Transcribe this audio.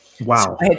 Wow